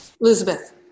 Elizabeth